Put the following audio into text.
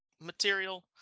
material